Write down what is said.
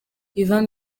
ivan